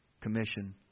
commission